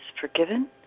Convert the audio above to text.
forgiven